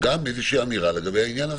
גם איזו שהיא אמירה לגבי העניין הזה,